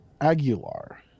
Aguilar